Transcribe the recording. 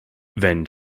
wenn